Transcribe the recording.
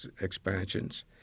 expansions